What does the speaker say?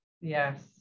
yes